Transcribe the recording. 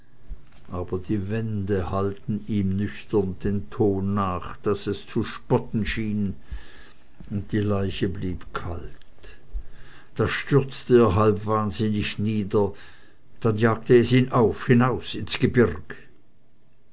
aber die wände hallten ihm nüchtern den ton nach daß es zu spotten schien und die leiche blieb kalt da stürzte er halb wahnsinnig nieder dann jagte es ihn auf hinaus ins gebirg